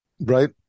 right